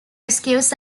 rescues